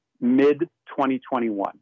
mid-2021